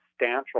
substantial